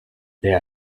der